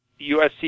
USC